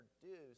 produce